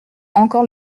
encore